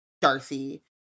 Darcy